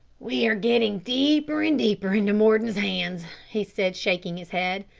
we are getting deeper and deeper into mordon's hands, he said, shaking his head.